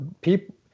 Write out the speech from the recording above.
people